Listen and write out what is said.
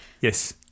Yes